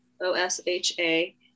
O-S-H-A